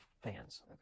fans